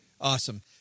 Awesome